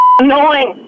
annoying